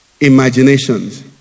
imaginations